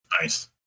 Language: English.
Nice